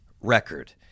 record